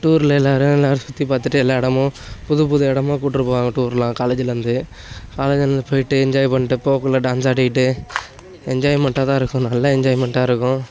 டூரில் எல்லோரும் எல்லோரும் சுற்றி பார்த்துட்டு எல்லா இடமும் புது புது இடமா கூட்டி போவாங்க டூருலாம் காலேஜுலேருந்து காலேஜுலேருந்து போயிட்டு என்ஜாய் பண்ணிட்டு போகக்குள்ள டான்ஸ் ஆடிகிட்டு என்ஜாய்மெண்ட்டாக தான் இருக்கும் நல்லா என்ஜாய்மெண்ட்டாக இருக்கும்